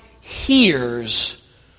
hears